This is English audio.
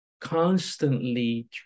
constantly